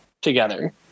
together